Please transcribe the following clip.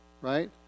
right